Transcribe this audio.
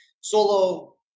solo